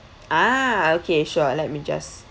a'ah okay sure let me just